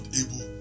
able